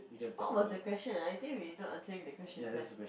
what was the question ah I think we not answering the question sia